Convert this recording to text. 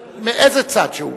מאיזה צד שהוא,